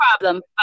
problem